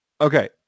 Okay